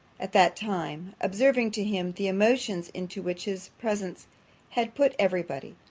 at that time observing to him the emotions into which his presence had put every body.